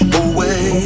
away